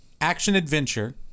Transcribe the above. action-adventure